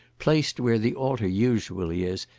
placed where the altar usually is,